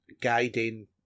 guiding